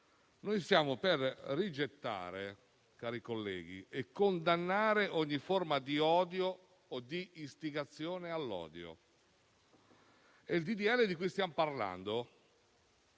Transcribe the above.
Noi siamo per rigettare, cari colleghi, e condannare ogni forma di odio o di istigazione all'odio e il disegno di legge di cui stiamo parlando